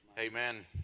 Amen